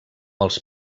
els